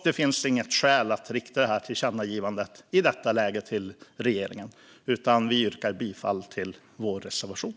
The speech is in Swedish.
Det finns inget skäl att rikta det här tillkännagivandet till regeringen i detta läge. Jag yrkar bifall till vår reservation.